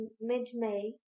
mid-May